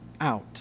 out